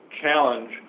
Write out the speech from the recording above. challenge